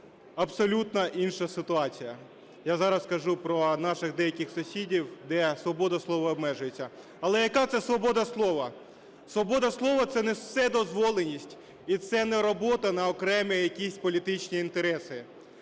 абсолютно інша ситуація. Я зараз кажу про наших деяких сусідів, де свобода слова обмежується. Але яка це свобода слова? Свобода слова – це не вседозволеність і це не робота на окремі якісь політичні інтереси.